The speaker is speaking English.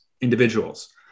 individuals